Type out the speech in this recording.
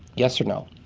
yes or no.